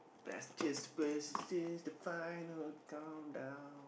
best cheers place here's the final countdown